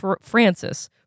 Francis